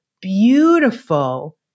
beautiful